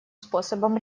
способом